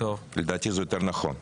לדעתי זה יותר נכון.